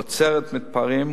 עוצרת מתפרעים,